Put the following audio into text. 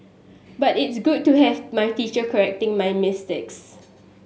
but it's good to have my teacher correcting my mistakes